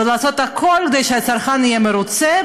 ולעשות הכול כדי שהצרכן יהיה מרוצה,